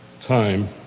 time